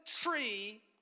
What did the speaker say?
tree